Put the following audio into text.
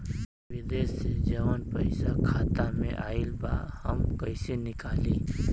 विदेश से जवन पैसा खाता में आईल बा हम कईसे निकाली?